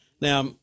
Now